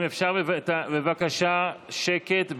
אם אפשר, בבקשה, שקט במליאה.